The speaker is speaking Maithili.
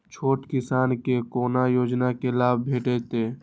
छोट किसान के कोना योजना के लाभ भेटते?